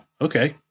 Okay